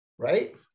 right